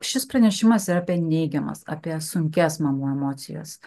šis pranešimas yra apie neigiamas apie sunkias mano emocijas